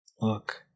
Look